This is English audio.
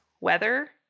weather